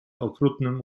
okrutnym